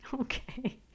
Okay